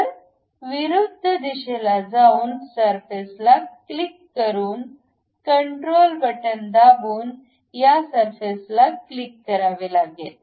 तर विरुद्ध दिशेला जाऊन सरफेस ला क्लिक करून कंट्रोल बटन दाबून या सरफेसला क्लिक करावे लागेल